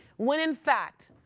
when in fact,